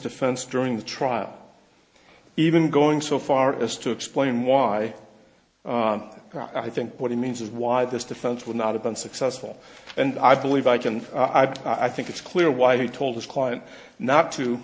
defense during the trial even going so far as to explain why i think what he means is why this defense would not have been successful and i believe i can i think it's clear why he told his client not to